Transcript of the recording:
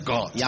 God